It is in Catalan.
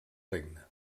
regne